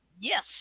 Yes